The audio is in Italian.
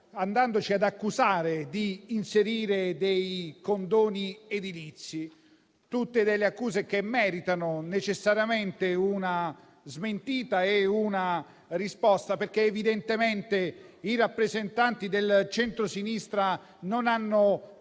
ci accusano di inserire dei condoni edilizi. Sono tutte accuse che meritano necessariamente una smentita e una risposta, perché evidentemente i rappresentanti del centrosinistra non hanno capito